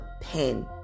pen